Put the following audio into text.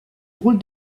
drôle